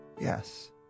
yes